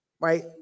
Right